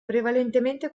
prevalentemente